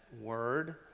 word